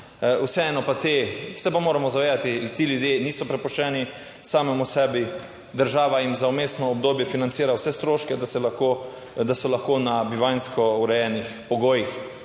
Vseeno pa te se pa moramo zavedati, ti ljudje niso prepuščeni samemu sebi. Država jim za vmesno obdobje financira vse stroške, da so lahko na bivanjsko urejenih pogojih